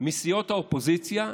מסיעות האופוזיציה,